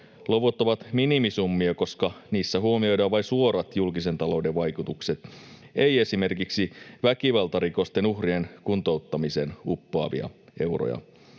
Luvut ovat minimisummia, koska niissä huomioidaan vai suorat julkisen talouden vaikutukset, ei esimerkiksi väkivaltarikosten uhrien kuntouttamiseen uppoavia euroja.